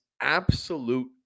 absolute